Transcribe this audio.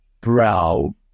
brow